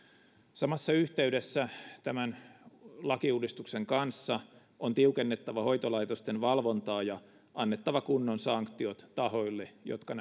samassa yhteydessä tämän lakiuudistuksen kanssa on tiukennettava hoitolaitosten valvontaa ja annettava kunnon sanktiot tahoille jotka